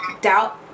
doubt